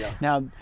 Now